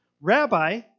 Rabbi